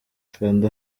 kanda